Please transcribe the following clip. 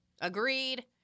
Agreed